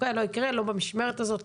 לא במשמרת הזאת,